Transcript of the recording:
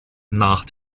nach